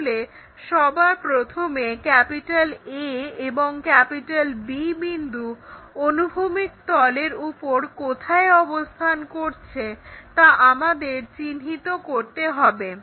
তাহলে সবার প্রথমে A এবং B বিন্দু অনুভূমিক তলের উপর কোথায় অবস্থান করছে তা আমাদের চিহ্নিত করতে হবে